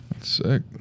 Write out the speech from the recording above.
Sick